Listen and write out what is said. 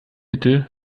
mittel